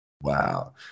Wow